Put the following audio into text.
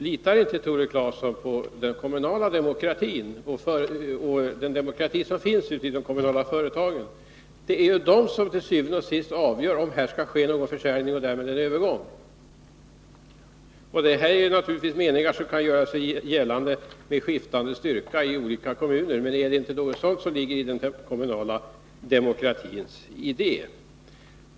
Litar inte Tore Claeson på den kommunala demokratin och demokratin i de kommunala företagen? Det är de som til syvende og sidst avgör om det skall ske någon försäljning och därmed en övergång. Detta är naturligtvis meningar som kan göra sig gällande med skiftande styrka i olika kommuner, men det ligger väl i den kommunala demokratins idé.